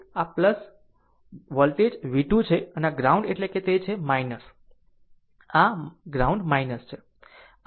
તો આ છે આ વોલ્ટેજ v2 છે અને આ ગ્રાઉન્ડ એટલે કે તે છે આ ગ્રાઉન્ડ છે